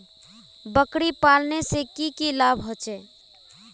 बकरी पालने से की की लाभ होचे?